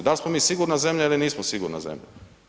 Da li smo mi sigurna zemlja ili nismo sigurna zemlja?